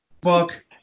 book